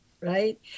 right